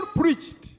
preached